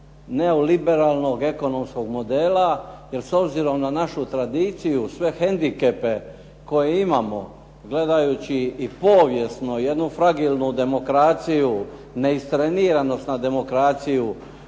neoliberalnog ekonomskog modela jer s obzirom na našu tradiciju, sve hendikepe koje imamo, gledajući i povijesno jednu fragilnu demokraciju, neistreniranost na demokraciju